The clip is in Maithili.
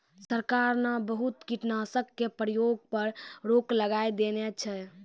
सरकार न बहुत कीटनाशक के प्रयोग पर रोक लगाय देने छै